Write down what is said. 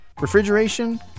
refrigeration